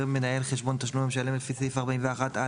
מנהל חשבון תשלום למשלם לפי סעיף 41(א),